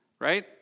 right